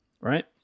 right